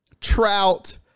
Trout